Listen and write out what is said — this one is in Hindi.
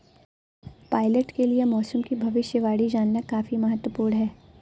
पायलट के लिए मौसम की भविष्यवाणी जानना काफी महत्त्वपूर्ण है